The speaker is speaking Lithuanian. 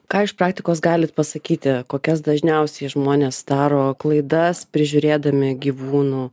ką iš praktikos galit pasakyti kokias dažniausiai žmonės daro klaidas prižiūrėdami gyvūnų